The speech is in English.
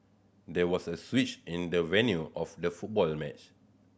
there was a switch in the venue of the football match